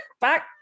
back